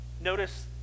Notice